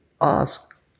ask